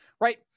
right